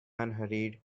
unhurried